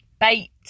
Bait